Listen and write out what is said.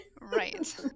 right